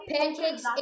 pancakes